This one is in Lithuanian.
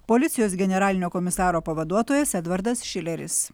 policijos generalinio komisaro pavaduotojas edvardas šileris